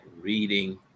reading